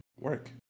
Work